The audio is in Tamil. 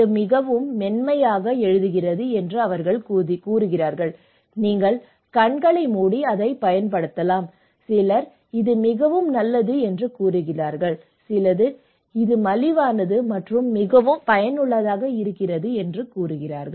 இது மிகவும் மென்மையாக எழுதுகிறது என்று அவர்கள் கூறுகிறார்கள் நீங்கள் கண்களை மூடி அதைப் பயன்படுத்தலாம் சிலர் இது மிகவும் நல்லது என்று கூறுகிறார்கள் சிலர் இது மலிவானது மற்றும் மிகவும் பயனுள்ளதாக இருக்கிறது என்று கூறுகிறார்கள்